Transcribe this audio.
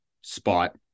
spot